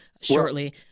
shortly